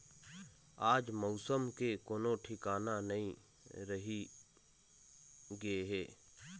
आज मउसम के कोनो ठिकाना नइ रहि गे हे